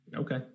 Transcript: Okay